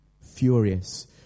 Furious